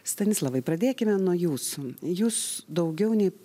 stanislavai pradėkime nuo jūsų jūs daugiau nei